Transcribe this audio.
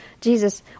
Jesus